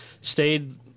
stayed